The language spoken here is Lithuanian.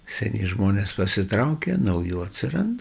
seni žmonės pasitraukia naujų atsiranda